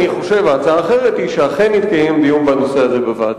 אני חושב שההצעה האחרת היא שאכן יתקיים דיון בנושא הזה בוועדה.